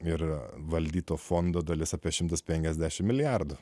ir valdyto fondo dalis apie šimtas penkiasdešimt milijardų